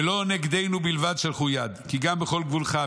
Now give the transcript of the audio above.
ולא נגדנו בלבד שלחו יד כי גם בכל גבולך.